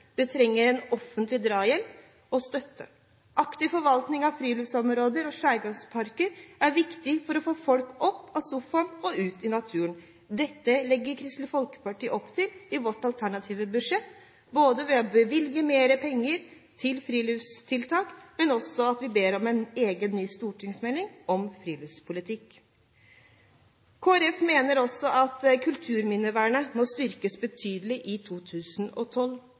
det trenger offentlig drahjelp og støtte. Aktiv forvaltning av friluftsområder og skjærgårdsparker er viktig for å få folk opp av sofaen og ut i naturen. Dette legger vi i Kristelig Folkeparti opp til i vårt alternative budsjett ved å bevilge mer penger til friluftstiltak, men også ved at vi ber om en ny stortingsmelding om friluftspolitikk. Kristelig Folkeparti mener også at kulturminnevernet må styrkes betydelig i 2012.